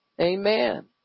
Amen